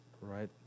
Right